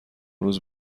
روز